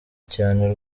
cyane